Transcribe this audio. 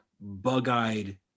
bug-eyed